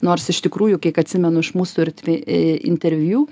nors iš tikrųjų kiek atsimenu iš mūsų ir interviu